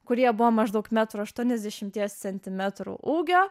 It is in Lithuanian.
kurie buvo maždaug metro aštuoniasdešimties centimetrų ūgio